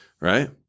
right